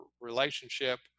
relationship